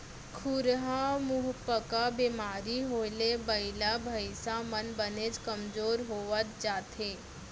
खुरहा मुहंपका बेमारी होए ले बइला भईंसा मन बनेच कमजोर होवत जाथें